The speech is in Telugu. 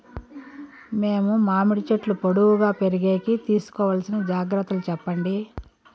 మేము మామిడి చెట్లు పొడువుగా పెరిగేకి తీసుకోవాల్సిన జాగ్రత్త లు చెప్పండి?